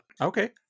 okay